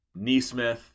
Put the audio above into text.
Neesmith